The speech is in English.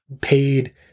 paid